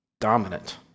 dominant